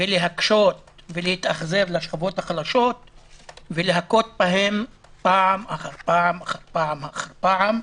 להקשות ולהתאכזר לשכבות החלשות ולהכות בהם פעם אחר פעם אחר פעם.